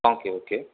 okay okay